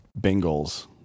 Bengals